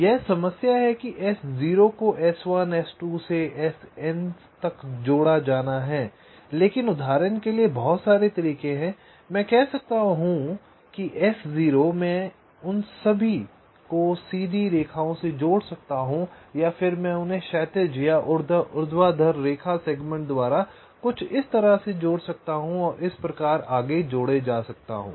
यह समस्या है कि S0 को S1 S2 से Sn से जोड़ा जाना है लेकिन उदाहरण के लिए बहुत सारे तरीके हैं मैं कह सकता हूं कि S0 मैं उन सभी को सीधी रेखाओं से जोड़ सकता हूं या फिर मैं उन्हें क्षैतिज या ऊर्ध्वाधर रेखा सेगमेंट द्वारा कुछ इस तरह से जोड़ सकता हूं और इसी प्रकार आगे जोड़े जा सकता हूँ